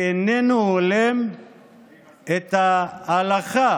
שאיננו הולם את ההלכה